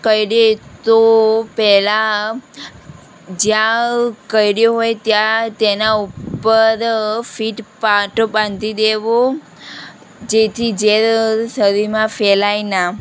કરડે તો પહેલાં જયાં કરડ્યો હોય ત્યાં તેનાં ઉપર ફિટ પાટો બાંધી દેવો જેથી ઝેર શરીરમાં ફેલાય ના